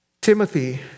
Timothy